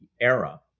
era